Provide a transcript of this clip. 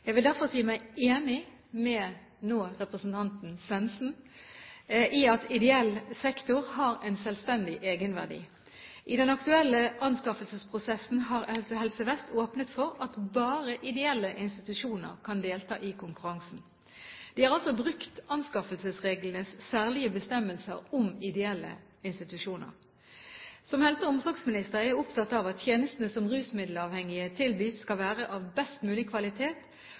Jeg vil derfor si meg enig med representanten Svendsen i at ideell sektor har en selvstendig egenverdi. I den aktuelle anskaffelsesprosessen har Helse Vest åpnet for at bare ideelle institusjoner kan delta i konkurransen. De har altså brukt anskaffelsesreglenes særlige bestemmelser om ideelle institusjoner. Som helse- og omsorgsminister er jeg opptatt av at tjenestene som rusmiddelavhengige tilbys, skal være av best mulig kvalitet,